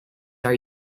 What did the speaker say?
are